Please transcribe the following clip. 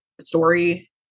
story